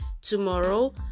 tomorrow